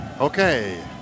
Okay